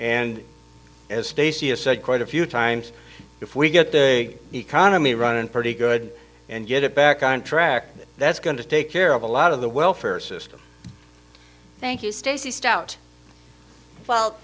as stacey has said quite a few times if we get the economy running pretty good and get it back on track that that's going to take care of a lot of the welfare system thank you stacy stout well